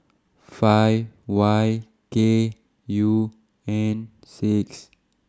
five Y K U N six